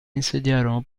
insediarono